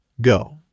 Go